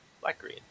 Black-green